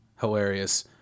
Hilarious